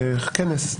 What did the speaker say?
בכנס.